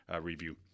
review